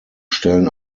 stellen